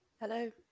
Hello